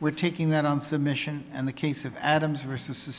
we're taking that on submission and the case of adams versus the